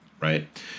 right